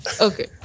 Okay